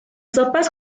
sopas